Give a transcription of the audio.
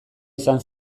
izan